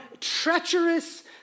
treacherous